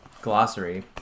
glossary